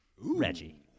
Reggie